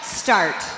start